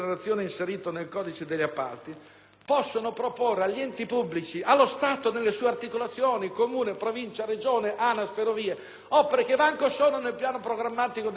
possono proporre agli enti pubblici (e allo Stato nelle sue articolazioni: Comune, Provincia, Regione, ANAS o Ferrovie) opere che neanche sono nel piano programmatico deliberatamente da loro sottoscritto o proposto.